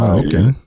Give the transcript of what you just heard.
okay